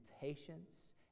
patience